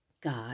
God